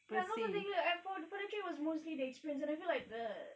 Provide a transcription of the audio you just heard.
like aku masih ingat like for for the trip was mostly the experience and I feel like the